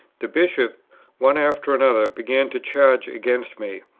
the bishops one after another began to charge against me.